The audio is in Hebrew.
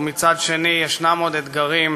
ומצד שני ישנם עוד אתגרים,